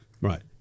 right